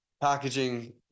packaging